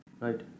right